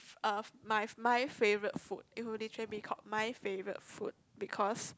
uh my my favourite food it will literally be called my favourite food because